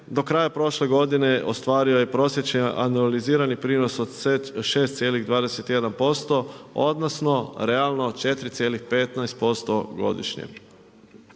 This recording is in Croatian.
do kraja prošle godine, ostvario je prosječni analizirani prinos od 6,21%, odnosno realno 4,15% godišnje.